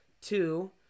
two